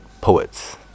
poets